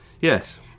Yes